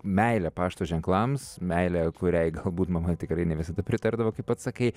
meilę pašto ženklams meilę kuriai galbūt mama tikrai ne visada pritardavo kaip pats sakei